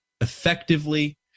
effectively